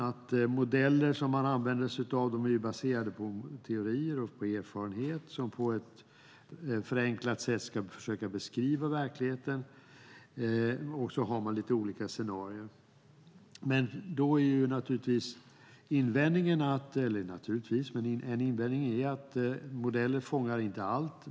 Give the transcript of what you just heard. De modeller som man använder sig av är baserade på teorier och på erfarenhet som på ett förenklat sätt ska försöka beskriva verkligheten, och sedan har man lite olika scenarier. En invändning är att modeller inte fångar allt.